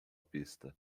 pista